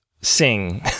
sing